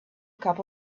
cup